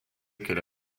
qu’elle